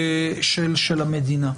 של המדינה.